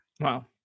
Wow